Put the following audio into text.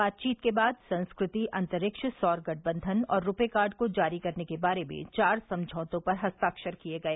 बातवीत के बाद संस्कृति अंतरिक्ष सौर गठबंघन और रूपे कार्ड को जारी करने के बारे में चार समझौतों पर हस्ताक्षर किए गए